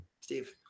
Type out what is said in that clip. Steve